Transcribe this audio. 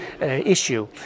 issue